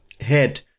head